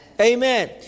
Amen